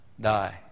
die